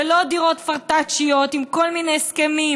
ולא דירות פרטאצ'יות עם כל מיני הסכמים.